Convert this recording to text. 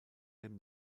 dem